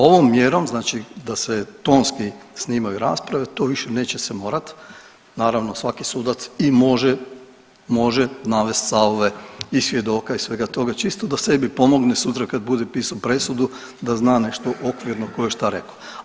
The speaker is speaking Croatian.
Ovom mjerom da se tonski snimaju rasprave to više neće se morat, naravno svaki sudac i može navesti stavove i svjedoka i svega toga čisto da sebi pomogne sutra kad bude pisao presudu da zna nešto okvirno ko je šta rekao.